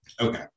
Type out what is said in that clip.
Okay